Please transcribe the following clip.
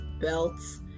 belts